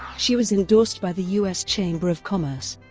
she was endorsed by the u s. chamber of commerce.